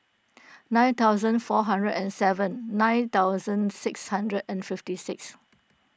nine thousand four hundred and seven nine thousand six hundred and fifty six